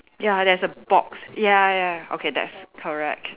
ya there's a box ya ya okay that's correct